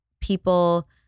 people